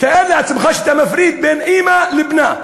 תאר לעצמך שאתה מפריד בין אימא לבנה.